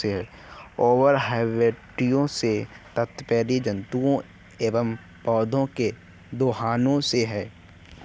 over harvesting से तात्पर्य जंतुओं एंव पौधौं के दोहन से है